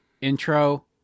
intro